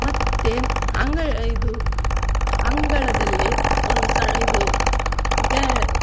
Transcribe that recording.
ಮತ್ತು ಅಂಗ ಇದು ಅಂಗಳದಲ್ಲಿ ಒಂದು ಸಹ ಇದು ಗ್ಯಾ